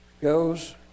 goes